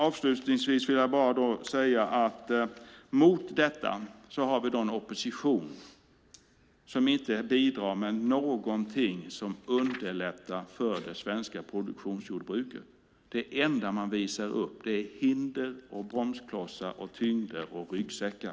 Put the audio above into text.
Allra sist vill jag säga att mot detta har vi en opposition som inte bidrar med någonting som underlättar för det svenska produktionsjordbruket. Det enda man visar upp är hinder och bromsklossar, tyngder och ryggsäckar.